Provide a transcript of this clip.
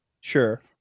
sure